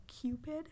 Cupid